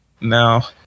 Now